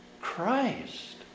Christ